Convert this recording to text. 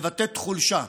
מבטאת חולשה,